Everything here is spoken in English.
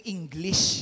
English